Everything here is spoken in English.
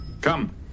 Come